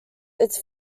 its